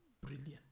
brilliant